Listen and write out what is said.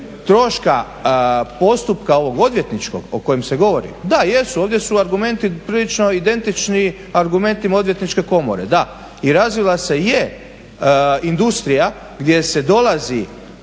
troška postupka ovog odvjetničkog o kojem se govori, da jesu, ovdje su argumenti poprilično identični argumentima odvjetničke komore, da. I razvila se je industrija gdje se dolazi